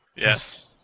Yes